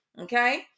okay